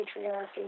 patriarchy